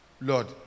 Lord